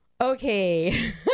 okay